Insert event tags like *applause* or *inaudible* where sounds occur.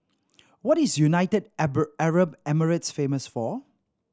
what is United *unintelligible* Arab Emirates famous for